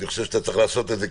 ואני חושב שאתה צריך לעשות את זה.